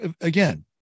again